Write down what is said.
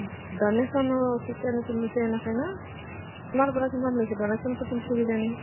ডনেশ্যনো তেতিয়ানে তুলিছে এনেকে ন তোমাৰ পৰা কিমান লৈছি ডনেশ্যনটো তুলিছে